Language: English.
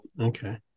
Okay